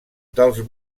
dels